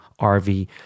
RV